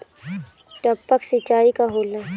टपक सिंचाई का होला?